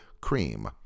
Cream